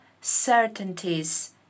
certainties